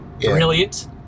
brilliant